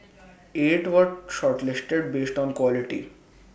eight were shortlisted based on quality